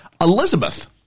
elizabeth